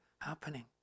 happening